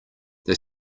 they